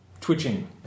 twitching